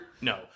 no